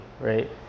right